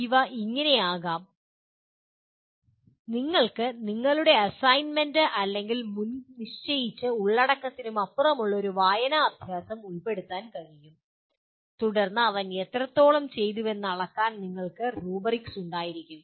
അവ ഇങ്ങനെ ആകാം നിങ്ങൾക്ക് നിങ്ങളുടെ അസൈൻമെൻറ് അല്ലെങ്കിൽ മുൻനിശ്ചയിച്ച ഉള്ളടക്കത്തിനപ്പുറമുള്ള ഒരു വായനാ അഭ്യാസം ഉൾപ്പെടുത്താൻ കഴിയും തുടർന്ന് അവൻ എത്രത്തോളം ചെയ്തുവെന്ന് അളക്കാൻ നിങ്ങൾക്ക് റൂബ്രിക്സ് ഉണ്ടായിരിക്കാം